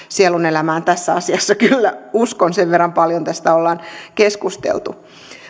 sielunelämään tässä asiassa kyllä uskon sen verran paljon tästä ollaan keskusteltu